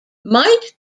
might